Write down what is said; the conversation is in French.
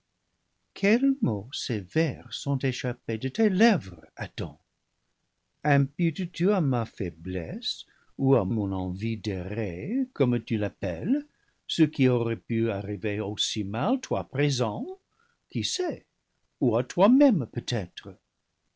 quels mots sévères sont échappés de tes lèvres adam imputes tu à ma faiblesse ou à mon envie d'errer comme tu l'appelles ce qui aurait pu arriver aussi mal toi présent qui sait ou à toi-même peut-être